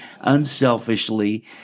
unselfishly